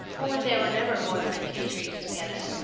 only there were never more than a few trees together.